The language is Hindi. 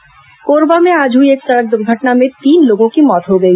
दुर्घटना कोरबा में आज हुई एक सड़क दुर्घटना में तीन लोगों की मौत हो गई